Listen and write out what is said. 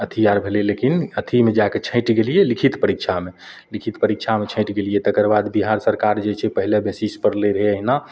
अथी आर भेलै लेकिन अथीमे जा कऽ छैंटि गेलियै लिखित परीक्षामे लिखित परीक्षामे छैंटि गेलियै तकरबाद बिहार सरकार जे छै पहिले बेसिसपर लै रहै एहिना